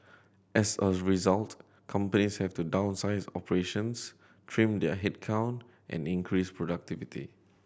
as a result companies have to downsize operations trim their headcount and increase productivity